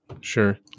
Sure